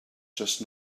just